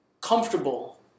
Comfortable